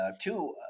Two